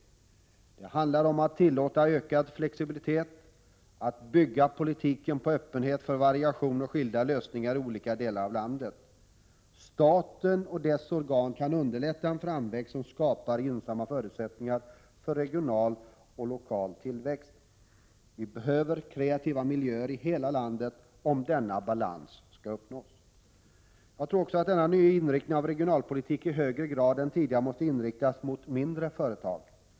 Det handlar om att tillåta ökad flexibilitet: att bygga politiken på öppenheten för variation och skilda lösningar i olika delar av landet. Staten och dess organ kan underlätta en framväxt som skapar gynnsamma förutsättningar för en regional och lokal tillväxt. Vi behöver kreativa miljöer i hela landet om denna balans skall uppnås. Jag tror också att denna nya inriktning av regionalpolitiken i högre grad än tidigare måste riktas mot mindre företag.